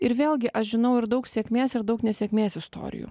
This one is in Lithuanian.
ir vėlgi aš žinau ir daug sėkmės ir daug nesėkmės istorijų